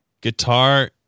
guitar